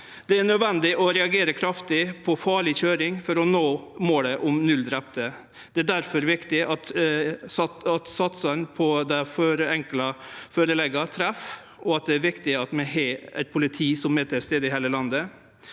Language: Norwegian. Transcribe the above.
Det er nødvendig å reagere kraftig på farleg køyring for å nå målet om null drepne. Det er difor viktig at satsane på dei forenkla førelegga treffer, og det er viktig at vi har eit politi som er til stades i heile landet.